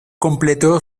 completo